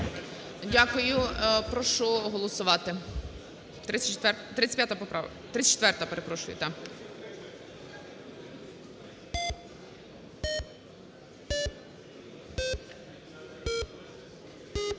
Дякую. Прошу голосувати,